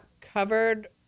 covered